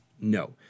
no